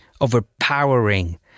overpowering